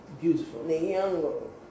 beautiful